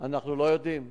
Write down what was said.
אנחנו לא יודעים.